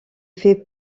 fait